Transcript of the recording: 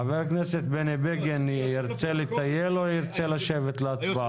חבר הכנסת בני בגין ירצה לטייל או ירצה לשבת להצבעה?